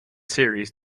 series